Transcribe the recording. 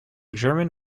german